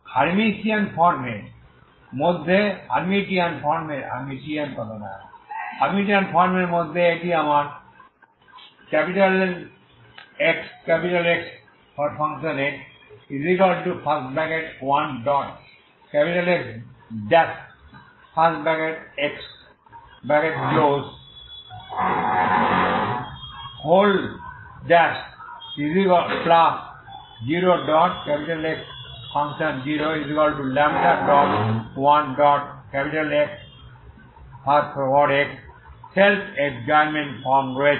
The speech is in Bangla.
হার্মিশিয়ান ফর্মের মধ্যে এটি আমার LXx1Xx0X0λ1Xxসেলফ এডজয়েন্ট ফর্মে রয়েছে